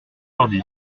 ordi